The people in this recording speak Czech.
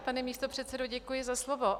Pane místopředsedo, děkuji za slovo.